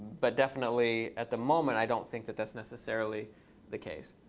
but definitely at the moment, i don't think that that's necessarily the case.